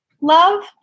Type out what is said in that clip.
love